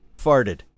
farted